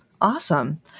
Awesome